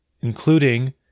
including